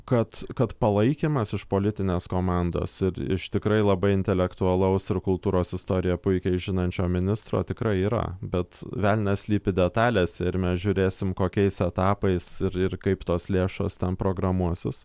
kad kad palaikymas iš politinės komandos ir iš tikrai labai intelektualaus ir kultūros istoriją puikiai žinančio ministro tikrai yra bet velnias slypi detalėse ir mes žiūrėsim kokiais etapais ir ir kaip tos lėšos tam programuosis